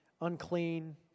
unclean